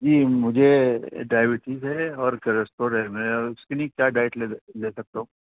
جی مجھے ڈائبٹیز ہے اور کرسٹور ہے اور اس کےن کیا ڈائٹے لے سکتا ہ ہووں